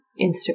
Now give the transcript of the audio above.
Instagram